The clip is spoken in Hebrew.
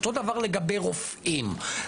אותו דבר לגבי רופאים.